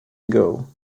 ago